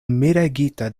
miregita